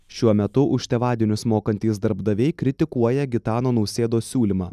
šiuo metu už tėvadienius mokantys darbdaviai kritikuoja gitano nausėdos siūlymą